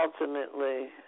Ultimately